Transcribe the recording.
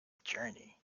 journey